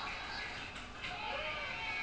then a bit sad lah quite sad